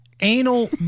anal